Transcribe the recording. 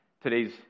today's